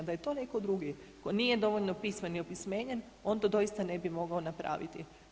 Da je to netko drugi koji nije dovoljno pismen i opismenjen on to doista ne bi mogao napraviti.